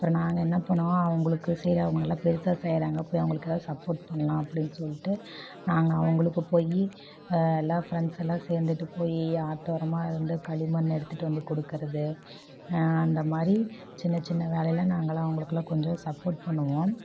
அப்பறம் நாங்கள் என்ன பண்ணுவோம் அவங்களுக்கு சரி அவங்க நல்லா பெருசாக செய்கிறாங்க போய் அவங்களுக்கு எதாவது சப்போர்ட் பண்ணலாம் அப்டின்னு சொல்லிட்டு நாங்கள் அவங்களுக்கு போய் எல்லாம் ஃப்ரெண்ட்ஸ் எல்லாம் சேர்ந்துட்டு போய் ஆத்தோரமாக இருந்த களிமண் எடுத்துகிட்டு வந்து கொடுக்கறது அந்த மாதிரி சின்ன சின்ன வேலைலாம் நாங்கள்லாம் அவங்களுக்கெல்லாம் கொஞ்சோம் சப்போட் பண்ணுவோம்